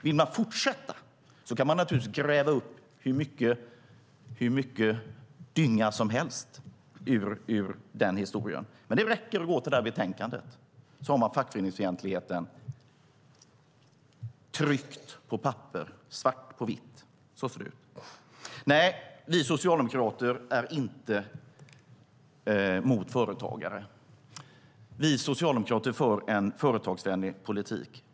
Vill man fortsätta kan man naturligtvis gräva upp hur mycket dynga som helst ur historien. Men det räcker att gå till det här betänkandet, så har man fackföreningsfientligheten tryckt på papper, svart på vitt. Så ser det ut! Nej, vi socialdemokrater är inte emot företagare. Vi socialdemokrater för en företagsvänlig politik.